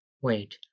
wait